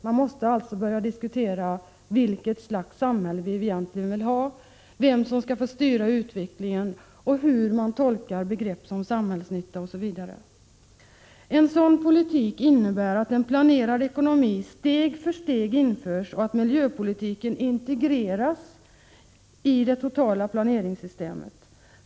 Man måste alltså börja diskutera vilket slags samhälle vi egentligen vill ha, vem som skall få styra utvecklingen och hur man tolkar begrepp som samhällsnytta osv. En sådan politik innebär att en planerad ekonomi steg för steg införs och att miljöpolitiken integreras i det totala planeringssystemet.